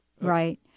Right